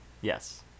Yes